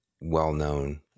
well-known